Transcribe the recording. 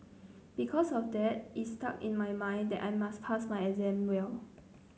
because of that it stuck in my mind that I must pass my exam well